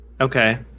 okay